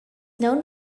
known